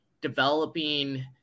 developing